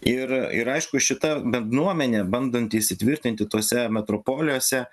ir ir aišku šita bednuomenė bandantys įtvirtinti tokiuose metropoliuose